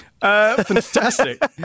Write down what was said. Fantastic